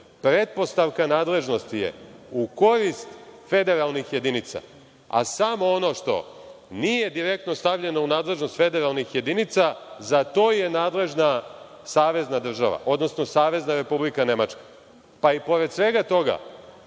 pretpostavka nadležnosti je u korist federalnih jedinica, a samo ono što nije direktno stavljeno u nadležnost federalnih jedinica, za to je nadležna savezna država, odnosno Savezna Republika Nemačka. Pa i pored svega toga,